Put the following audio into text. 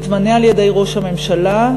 מתמנה על-ידי ראש הממשלה,